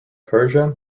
persia